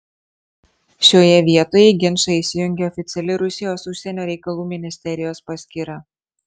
šioje vietoje į ginčą įsijungė oficiali rusijos užsienio reikalų ministerijos paskyra